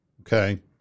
Okay